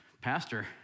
Pastor